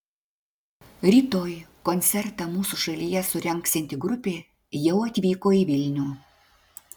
rytoj koncertą mūsų šalyje surengsianti grupė jau atvyko į vilnių